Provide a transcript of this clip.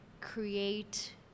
create